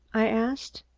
i asked.